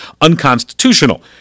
unconstitutional